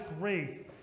grace